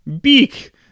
Beak